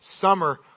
Summer